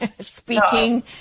speaking